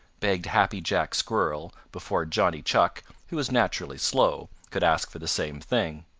begged happy jack squirrel before johnny chuck, who is naturally slow, could ask for the same thing.